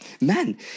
Man